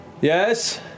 Yes